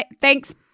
thanks